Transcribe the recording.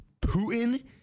Putin